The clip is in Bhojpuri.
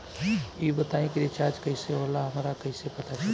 ई बताई कि रिचार्ज कइसे होला हमरा कइसे पता चली?